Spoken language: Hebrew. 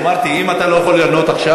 אמרתי: אם אתה לא יכול לענות עכשיו,